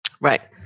Right